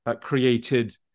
created